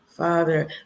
Father